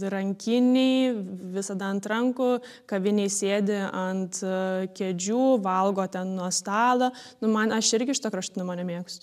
rankinėj visada ant rankų kavinėj sėdi ant kėdžių valgo ten nuo stalo nu man aš irgi šito kraštutinumo nemėgstu